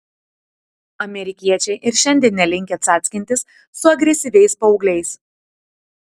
amerikiečiai ir šiandien nelinkę cackintis su agresyviais paaugliais